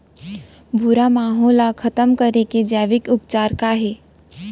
भूरा माहो ला खतम करे के जैविक उपचार का हे?